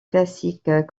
classique